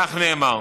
כך נאמר.